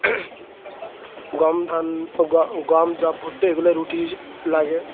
গম ধান গম জব ভুট্টা এগুলো রুটির লাগে